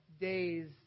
days